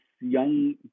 young